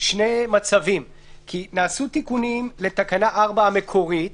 שני מצבים, כי נעשו תיקונים לתקנה 4 המקורית,